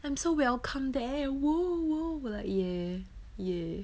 I'm so welcome there !woo! !woo! like ya ya